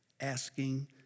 asking